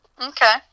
Okay